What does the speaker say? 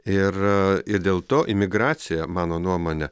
ir ir dėl to imigracija mano nuomone